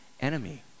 enemy